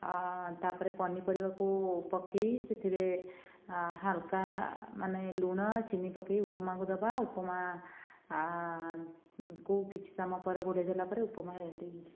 ତା'ପରେ ପନିପରିବାକୁ ପକେଇ ସେଥିରେ ହାଲ୍କା ମାନେ ଲୁଣ ଚିନି ପକେଇ ଉପମାକୁ ଦେବା ଉପମା କୁ କିଛି ସମୟ ପରେ ଘୋଡ଼େଇ ଦେଲା ପରେ ଉପମା ରେଡି ହେଇଯିବ